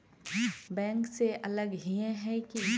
Bank से अलग हिये है की?